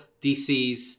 DCs